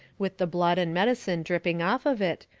with the blood and medicine dripping off of it,